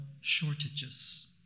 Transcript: shortages